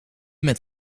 met